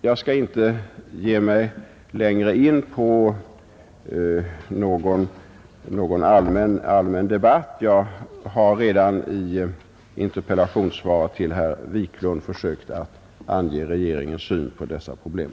Jag skall inte ge mig längre in på någon allmän debatt. Jag har redan i interpellationssvaret till herr Wiklund i Stockholm försökt ange regeringens syn på dessa problem.